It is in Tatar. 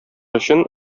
өчен